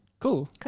Cool